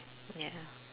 ya